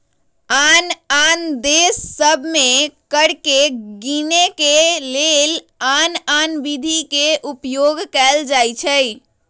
आन आन देश सभ में कर के गीनेके के लेल आन आन विधि के उपयोग कएल जाइ छइ